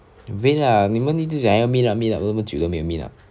wait ah 你们一直讲要 meet up meet up 这么久都没有 meet up